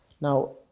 Now